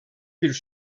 bir